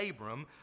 Abram